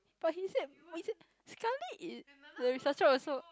but he said we said sekali it the instruction also